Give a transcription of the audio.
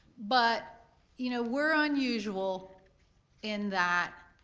but you know we're unusual in that